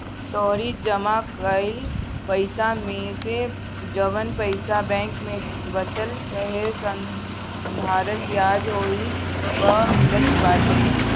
तोहरी जमा कईल पईसा मेसे जवन पईसा बैंक में बचल रहेला साधारण बियाज ओही पअ मिलत बाटे